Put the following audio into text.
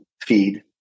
feed